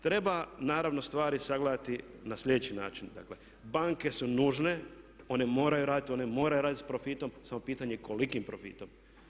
Treba naravno stvari sagledati na sljedeći način, dakle banke su nužne, one moraju raditi, one moraju raditi s profitom samo pitanje je kolikim profitom.